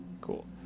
Cool